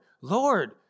Lord